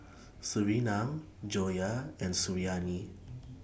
Surinam Joyah and Suriani